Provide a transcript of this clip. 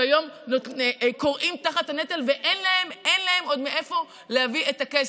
שהיום כורעים תחת הנטל ואין להם מאיפה להביא את הכסף.